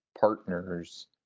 partners